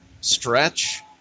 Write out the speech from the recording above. Stretch